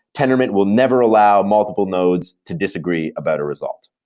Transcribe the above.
tendermint will never allow multiple nodse to disagree about a result.